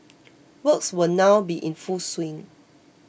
works will now be in full swing